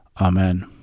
Amen